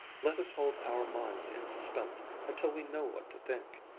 let us hold our minds in suspense until we know what to think.